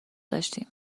داشتیم